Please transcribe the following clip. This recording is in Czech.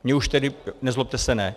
Mně už tedy, nezlobte se, ne.